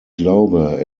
glaube